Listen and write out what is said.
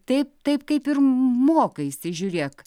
taip taip kaip ir mokaisi žiūrėk